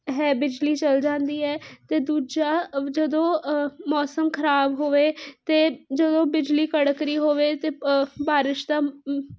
ਹੈ ਬਿਜਲੀ ਚਲ ਜਾਂਦੀ ਹੈ ਅਤੇ ਦੂਜਾ ਜਦੋਂ ਮੌਸਮ ਖਰਾਬ ਹੋਵੇ ਅਤੇ ਜਦੋਂ ਬਿਜਲੀ ਕੜਕਦੀ ਹੋਵੇ ਅਤੇ ਬਾਰਿਸ਼ ਦਾ